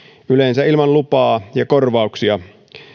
yleensä ilman lupaa ja korvauksia